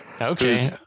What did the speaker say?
Okay